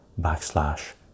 backslash